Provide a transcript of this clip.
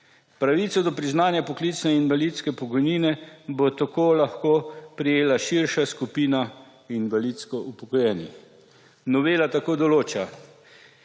Pravico do priznanja poklicne invalidske pokojnine bo tako lahko prejela širša skupina invalidsko upokojenih. Novela tako določa